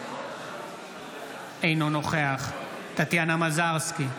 אינו נוכח טטיאנה מזרסקי,